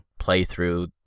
playthrough